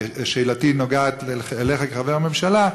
שאלתי נוגעת אליך כחבר הממשלה,